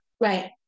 Right